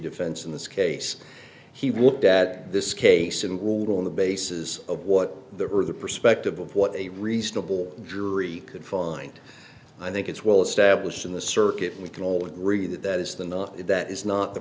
defense in this case he walked at this case and ruled on the basis of what the earth the perspective of what a reasonable jury could find i think it's well established in the circuit and we can all agree that that is the not that is not the